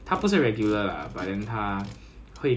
then 有很多 insider news 讲什么 err